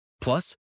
Plus